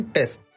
Test